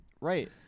right